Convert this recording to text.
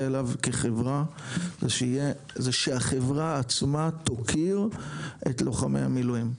אליו כחברה זה שהחברה עצמה תוקיר את לוחמי המילואים.